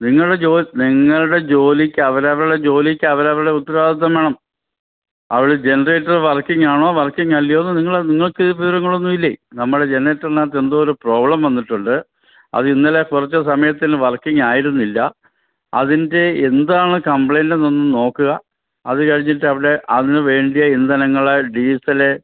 നിങ്ങളുടെ ജോ നിങ്ങളുടെ ജോലിക്ക് അവരവരുടെ ജോലിക്കവരവരുടെ ഉത്തരവാദിത്വം വേണം അവിടെ ജനറേറ്ററ് വർക്കിങ്ങാണോ വർക്കിങ്ങല്ലയോന്ന് നിങ്ങൾ നിങ്ങൾക്ക് ഈ വിവരങ്ങളൊന്നുമില്ലേ നമ്മളെ ജനറേറ്ററീനകത്ത് എന്തോരം പ്രോബ്ലം വന്നിട്ടുണ്ട് അത് ഇന്നലെ കുറച്ച് സമയത്തിന് വർക്കിങ്ങായിരുന്നില്ല അതിൻ്റെ എന്താണ് കംപ്ലയിൻ്റെന്നു നോക്കുക അത് കഴിഞ്ഞിട്ടവിടെ അതിനു വേണ്ടിയ ഇന്ധനങ്ങൾ ഡീസല്